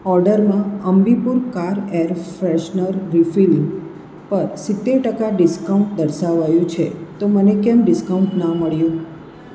ઓર્ડરમાં Ambipur car air freshener refill પર સિત્તેર ટકા ડિસ્કાઉન્ટ દર્શાવાયું છે તો મને કેમ ડિસ્કાઉન્ટ ના મળ્યું